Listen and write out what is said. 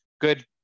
good